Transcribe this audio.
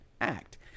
Act